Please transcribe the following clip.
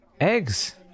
Eggs